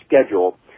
Schedule